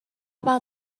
about